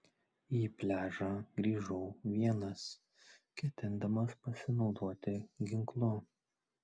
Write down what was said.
į pliažą grįžau vienas ketindamas pasinaudoti ginklu